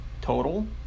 total